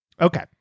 Okay